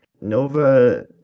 Nova